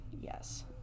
Yes